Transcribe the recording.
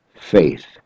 faith